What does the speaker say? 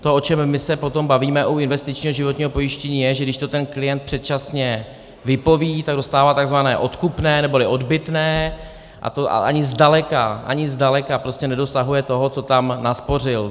To, o čem my se potom bavíme u investičního životního pojištění, je, že když to ten klient předčasně vypoví, tak dostává tzv. odkupné neboli odbytné, a to ani zdaleka, ani zdaleka nedosahuje toho, co tam naspořil.